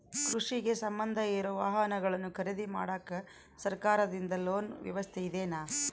ಕೃಷಿಗೆ ಸಂಬಂಧ ಇರೊ ವಾಹನಗಳನ್ನು ಖರೇದಿ ಮಾಡಾಕ ಸರಕಾರದಿಂದ ಲೋನ್ ವ್ಯವಸ್ಥೆ ಇದೆನಾ?